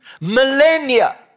millennia